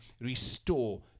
restore